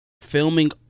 filming